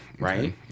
right